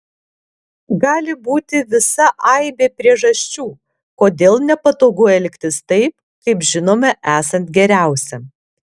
gali būti visa aibė priežasčių kodėl nepatogu elgtis taip kaip žinome esant geriausia